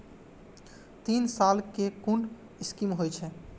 तीन साल कै कुन स्कीम होय छै?